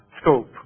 scope